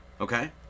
okay